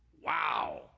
Wow